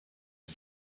are